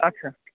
আচ্ছা